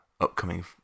upcoming